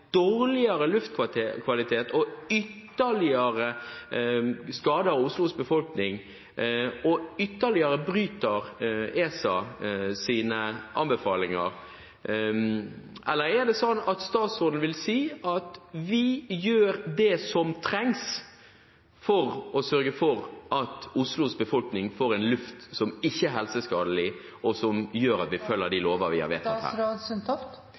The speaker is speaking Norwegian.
dårligere luftkvalitet og ytterligere skader hos Oslos befolkning, og ytterligere bryter ESAs anbefalinger, eller er det sånn at statsråden vil si at vi gjør det som trengs for å sørge for at Oslos befolkning får en luft som ikke er helseskadelig, og som gjør at vi følger de lover vi har vedtatt